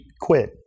quit